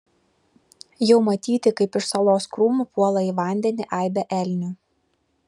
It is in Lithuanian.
jau matyti kaip iš salos krūmų puola į vandenį aibė elnių